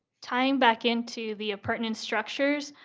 tying back into the appurtenance structures,